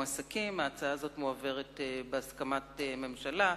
ההצעה הזאת מועברת בהסכמת הממשלה,